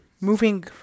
moving